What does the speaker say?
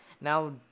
now